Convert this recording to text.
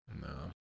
No